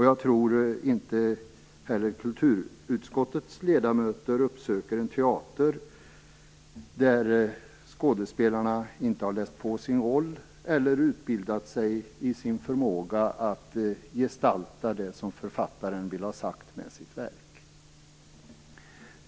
Jag tror inte heller att kulturutskottets ledamöter uppsöker en teater där skådespelarna inte läst på sina roller eller inte utvecklat sin förmåga att gestalta det som författaren vill ha sagt med sitt verk.